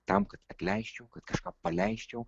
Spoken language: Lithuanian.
tam kad atleisčiau kad kažką paleisčiau